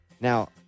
Now